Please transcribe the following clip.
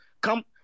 Come